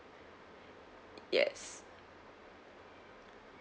yes